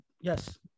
yes